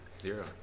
Zero